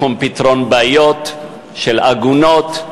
בתחום פתרון בעיות של עגונות,